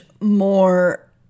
more